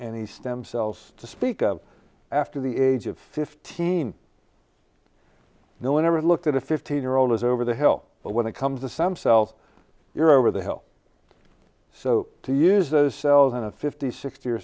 any stem cells to speak of after the age of fifteen no one ever looked at a fifteen year old is over the hill but when it comes to some self you're over the hill so to use those cells in a fifty sixty or